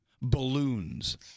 Balloons